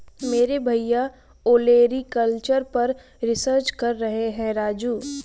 मेरे भैया ओलेरीकल्चर पर रिसर्च कर रहे हैं राजू